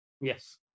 Yes